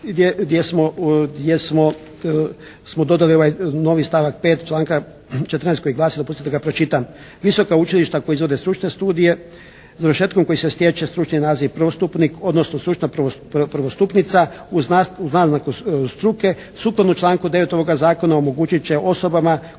gdje smo dodali ovaj novi stavak 5. članka 14. koji glasi, dopustite da ga pročitam. Visoka učilišta koji izvode stručne studije završetkom kojim se stječe stručni naziv prvostupnik, odnosno stručna prvostupnica uz naznaku struke sukladno članku 9. ovoga Zakona omogućit će osobama